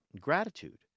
gratitude